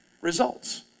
results